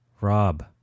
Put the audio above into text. Rob